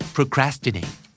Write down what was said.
Procrastinate